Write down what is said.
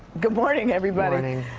good morning, everybody. morning.